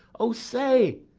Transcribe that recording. o, say!